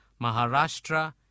Maharashtra